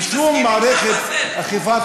ושום מערכת אכיפת חוק,